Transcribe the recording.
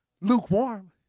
lukewarm